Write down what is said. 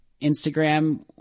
Instagram